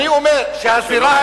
אני אומר שהזירה,